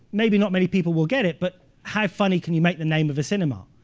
maybe not many people will get it, but how funny can you make the name of a cinema?